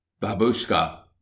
Babushka